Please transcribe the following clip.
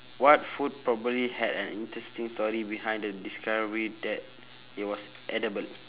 what food probably had an interesting story behind the discovery that it was edible